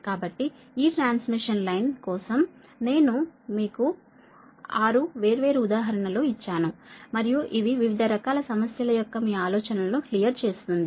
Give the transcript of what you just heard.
కాబట్టి ఈ transmission line కోసం నేను మీకు ఆరు వేర్వేరు ఉదాహరణ లు ఇచ్చాను మరియు ఇది వివిధ రకాల సమస్య ల యొక్క మీ ఆలోచన లను క్లియర్ చేస్తుంది